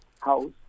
house